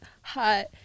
hot